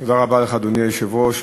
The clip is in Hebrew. אדוני היושב-ראש,